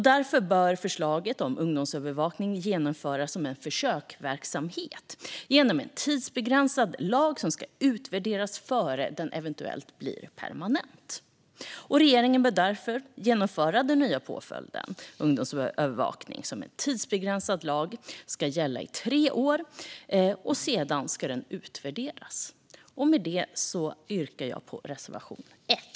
Därför bör förslaget om ungdomsövervakning genomföras som en försöksverksamhet, genom en tidsbegränsad lag som ska utvärderas innan den eventuellt blir permanent. Regeringen bör därför genomföra den nya påföljden ungdomsövervakning som en tidsbegränsad lag, som ska gälla i tre år och sedan utvärderas. Med det yrkar jag bifall till reservation 1.